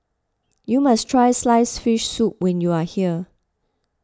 you must try Sliced Fish Soup when you are here